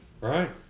Right